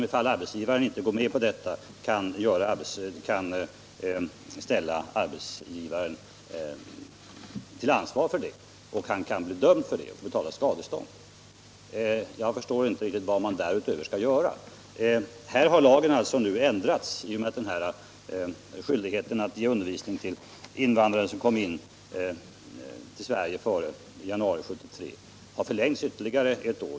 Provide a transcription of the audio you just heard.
Ifall arbetsgivaren inte går med på detta kan de stämma arbetsgivaren till ansvar, och han kan bli dömd för det och åläggas att betala skadestånd. Jag förstår inte riktigt vad man därutöver skall göra. Lagen har alltså ändrats i och med att skyldigheten att ge undervisning till invandrare som kom in till Sverige före januari 1973 förlängs ytterligare ett år.